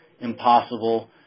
impossible